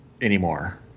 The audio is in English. anymore